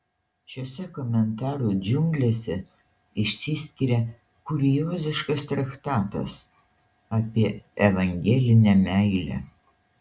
šiose komentarų džiunglėse išsiskiria kurioziškas traktatas apie evangelinę meilę